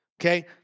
Okay